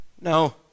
No